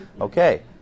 okay